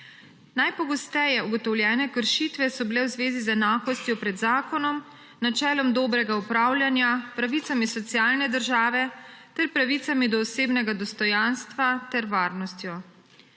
Najpogosteje ugotovljene kršitve so bile v zvezi z enakostjo pred zakonom, načelom dobrega upravljanja, pravicami iz socialne države ter pravicami do osebnega dostojanstva ter varnosti.